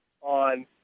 on